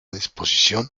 disposición